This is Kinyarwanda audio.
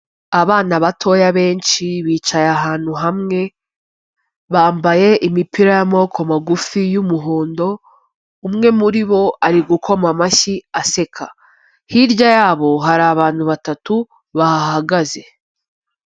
Abana batoya benshi, bicaye ahantu hamwe, bambaye imipira y'amoboko magufi y'umuhondo, umwe muri bo ari gukoma amashyi, aseka. Hirya yabo, hari abantu batatu bahahagaze.